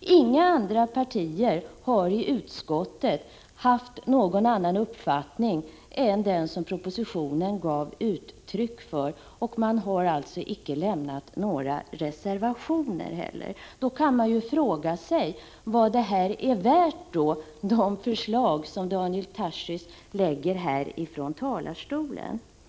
Inga andra partier har i utskottet haft någon annan uppfattning än den som propositionen gav uttryck för, och man har alltså icke heller avlämnat några reservationer. Då kan vi fråga oss vad de förslag är värda som Daniel Tarschys lägger fram här från talarstolen.